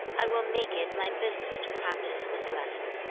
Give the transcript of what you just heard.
i will make it my business to practise this lesson